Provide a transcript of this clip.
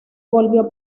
volvió